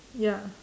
ya